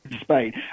Spain